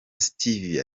stevia